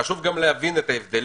חשוב גם להבין את ההבדלים.